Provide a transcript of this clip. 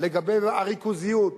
לגבי הריכוזיות,